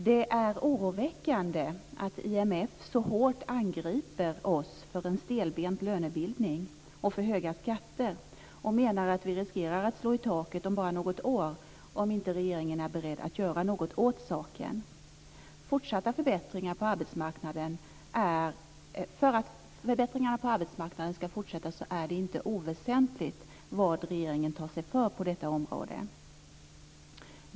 Det är oroväckande att IMF så hårt angriper oss för en stelbent lönebildning och för höga skatter och menar att vi riskerar att slå i taket om bara något år, om inte regeringen är beredd att göra något åt saken. För att förbättringarna på arbetsmarknaden skall fortsätta är det inte oväsentligt vad regeringen tar sig för på detta område.